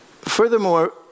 furthermore